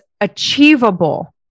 achievable